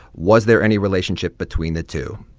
was there any relationship between the two?